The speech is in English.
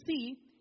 see